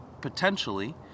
potentially